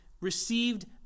received